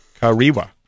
Kariwa